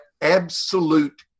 absolute